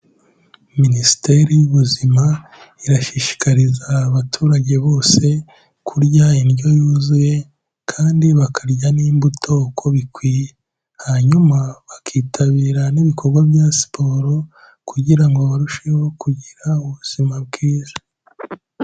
Minisiteri y'ubuzima irashishikariza abaturage bose kurya indyo yuzuye kandi bakarya n'imbuto uko bikwiye. Hanyuma bakitabira n'ibikogwa bya siporo kugira ngo barusheho kugira ubuzima bwiza.